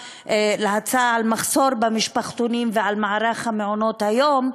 להצעה על מחסור במשפחתונים ועל מערך מעונות-היום,